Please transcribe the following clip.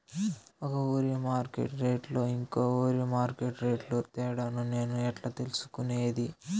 ఒక ఊరి మార్కెట్ రేట్లు ఇంకో ఊరి మార్కెట్ రేట్లు తేడాను నేను ఎట్లా తెలుసుకునేది?